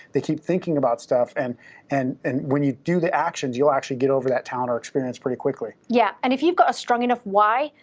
they keep thinking about stuff, and and and when you do the actions you'll actually get over that talent or experience pretty quickly. yeah, and if you've got a strong enough why,